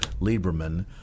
Lieberman